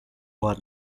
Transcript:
want